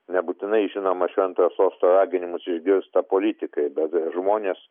nebūtinai žinoma šventojo sosto raginimus išgirsta politikai bet žmonės